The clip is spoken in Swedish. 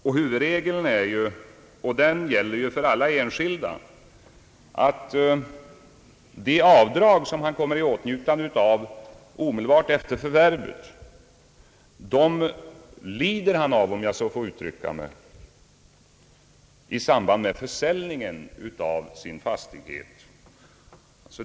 Den huvudregel som gäller för enskilda, som får göra avdrag omedelbart efter förvärvet, är att dessa avdrag lider man av — om jag så får uttrycka mig — i samband med försälj fastighet ningen av fastigheten.